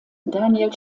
daniel